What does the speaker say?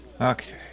Okay